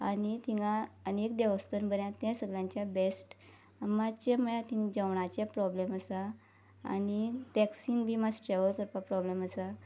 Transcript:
आनी तिंगा आनी एक देवस्थान बरें हा तें सगळ्यांच्यान बेस्ट मातशे म्हळ्यार तिंगा जेवणाचे प्रोब्लम आसा आनी टॅक्सीन बी मात्शे ट्रॅवल करपा प्रोब्लम आसा